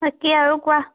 বাকী আৰু কোৱা